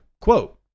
Quote